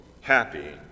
happy